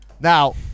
Now